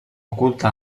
culte